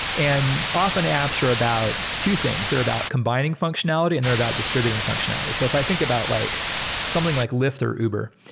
and often, apps are about two things. they're about combining functionality in they're about distributing functionality. so if i think about something like something like lyft or uber,